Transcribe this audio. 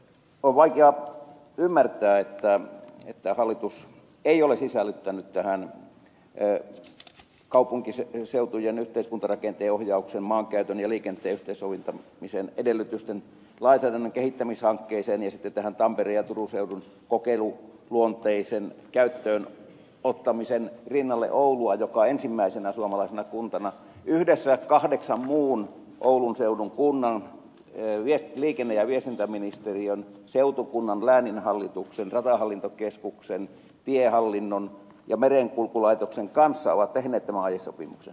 on vaikea ymmärtää että hallitus ei ole sisällyttänyt tähän kaupunkiseutujen yhteiskuntarakenteen ohjauksen maankäytön ja liikenteen yhteensovittamisen edellytysten lainsäädännön kehittämishankkeeseen ja sitten tampereen ja turun seudun kokeiluluonteisen käyttöönottamisen rinnalle oulua joka ensimmäisenä suomalaisena kuntana yhdessä kahdeksan muun oulun seudun kunnan liikenne ja viestintäministeriön seutukunnan lääninhallituksen ratahallintokeskuksen tiehallinnon ja merenkulkulaitoksen kanssa on tehnyt tämän aiesopimuksen